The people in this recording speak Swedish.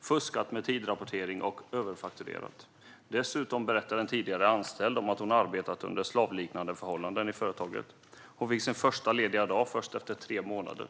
fuskat med tidrapportering och överfakturerat. Dessutom berättar en tidigare anställd om att hon har arbetat under slavliknande förhållanden i företaget. Hon fick sin första lediga dag först efter tre månader.